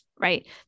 right